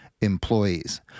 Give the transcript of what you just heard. employees